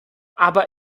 aber